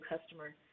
customer